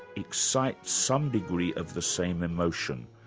excites some degree of the same emotion,